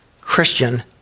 Christian